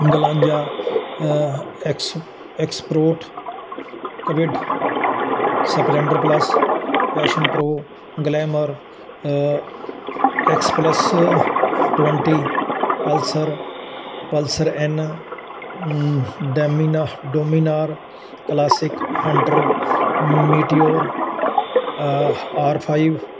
Glanza X ਐਕਸਪਰੋਟ Kwid Splendor plus Passion Pro Glamour X plus twenty Pulsar Pulsar N Dominar Dominar Classic Hunter Meteor R five